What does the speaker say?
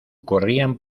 corrían